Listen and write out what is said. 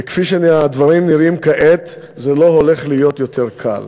וכפי שהדברים נראים כעת זה לא הולך להיות יותר קל.